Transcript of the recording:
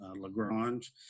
Lagrange